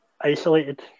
isolated